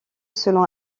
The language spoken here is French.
selon